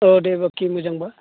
अह दे बाखि मोजांबा